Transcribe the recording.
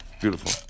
Beautiful